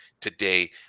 today